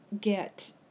get